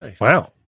Wow